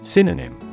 Synonym